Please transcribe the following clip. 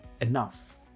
enough